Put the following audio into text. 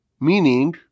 meaning